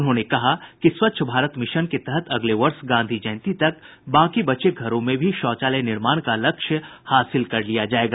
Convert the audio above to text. उन्होंने कहा कि स्वच्छ भारत मिशन के तहत अगले वर्ष गांधी जयंती तक बाकी बचे घरों में भी शौचालय निर्माण का लक्ष्य हासिल कर लिया जायेगा